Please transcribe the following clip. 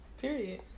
Period